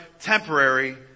temporary